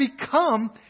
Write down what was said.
become